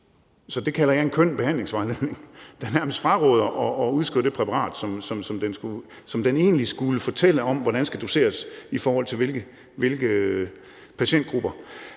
Så det kalder jeg en køn behandlingsvejledning, der nærmest fraråder at udskrive det præparat, som den egentlig skulle fortælle om hvordan skal doseres i forhold til hvilke patientgrupper.